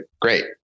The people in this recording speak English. great